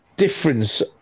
difference